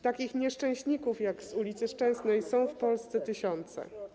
Takich nieszczęśników jak z ul. Szczęsnej są w Polsce tysiące.